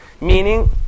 Meaning